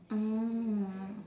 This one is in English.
mm